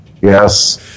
Yes